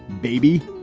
baby.